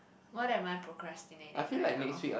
what am I procrastinating right now